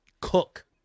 cook